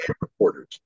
reporters